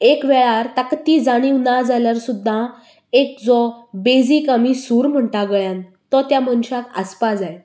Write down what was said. एका वेळार ताका ती जाणीव ना जाल्यार सुद्दां एक जो बेजीक आमी सूर म्हणटात गळ्यान तो त्या मनशाक आसपाक जाय